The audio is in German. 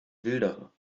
wilderer